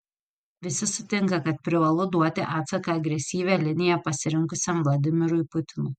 visi sutinka kad privalu duoti atsaką agresyvią liniją pasirinkusiam vladimirui putinui